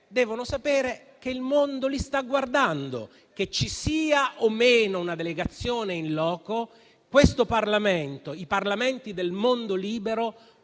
deve sapere che il mondo li sta guardando. Che ci sia o meno una delegazione *in loco*, questo Parlamento e i Parlamenti del mondo libero